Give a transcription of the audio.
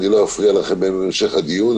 אני לא הפריע לכם בהמשך הדיון,